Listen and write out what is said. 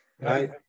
Right